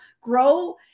grow